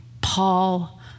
Paul